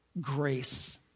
grace